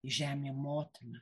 žemė motina